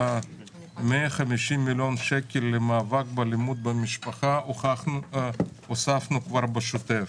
אלא 150 מיליון שקל למאבק באלימות במשפחה הוספנו כבר בשוטף.